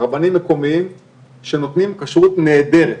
רבנים מקומיים שנותנים כשרות נהדרת,